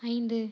ஐந்து